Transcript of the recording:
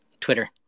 Twitter